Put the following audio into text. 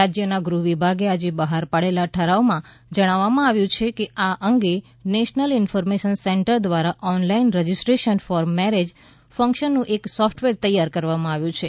રાજ્યના ગૃહવિભાગે આજે બહાર પાડેલા ઠરાવમાં જણાવવામાં આવ્યું છે કે આ અંગે નેશનલ ઇન્ફોર્મેશન સેન્ટર દ્વારા ઓનલાઇન રજીસ્ટ્રેશન ફોર મેરેજ ફંકશનનું એક સોફ્ટવેર તૈયાર કરવામાં આવ્યું છે